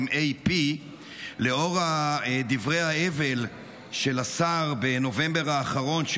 לאור דברי ההבל של השר בנובמבר האחרון,